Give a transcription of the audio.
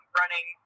running